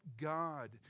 god